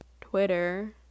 Twitter